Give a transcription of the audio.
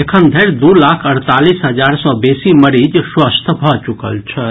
एखन धरि दू लाख अड़तालीस हजार सँ बेसी मरीज स्वस्थ भऽ चुकल छथि